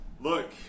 Look